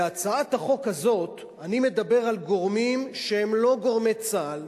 בהצעת החוק הזאת אני מדבר על גורמים שהם לא גורמי צה"ל,